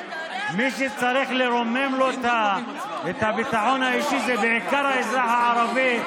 מי שצריך לרומם לו את הביטחון האישי זה בעיקר האזרח הערבי,